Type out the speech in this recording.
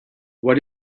what